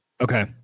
Okay